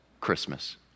Christmas